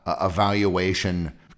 evaluation